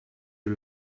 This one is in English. you